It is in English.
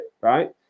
right